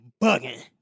bugging